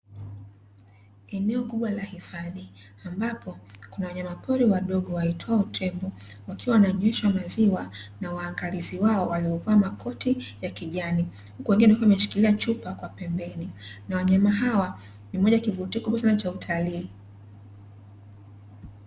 Eneo kubwa la hifadhi ambapo wanyapori wadogo waitwao tembo wakiwa wananyeshwa maziwa na waangalizi wao waliovaa makoti ya kijani, kuna wengine walikuwa wameshikilia chupa kwa pembeni na wanyama hawa ni moja ya kivuto kikubwa sana cha utalii.